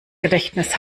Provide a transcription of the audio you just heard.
gedächtnis